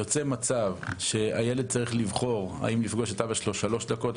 נוצר מצב שהילד צריך לבחור האם לפגוש את אבא שלו 3 דקות,